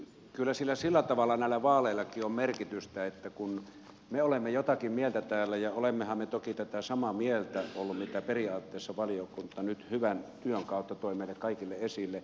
kyllä sillä tavalla näillä vaaleillakin on merkitystä kun me olemme jotakin mieltä täällä ja olemmehan me toki tätä samaa mieltä olleet mitä periaatteessa valiokunta nyt hyvän työn kautta toi meille kaikille esille mutta se ei ole johtanut mihinkään